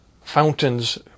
fountains